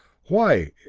why,